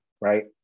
right